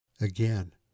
Again